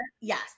Yes